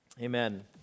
amen